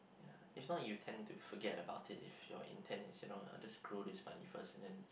is not you tend to forget about it if you intent is you know just screw this money first then